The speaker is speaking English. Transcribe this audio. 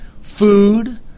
food